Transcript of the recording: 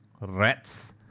Rats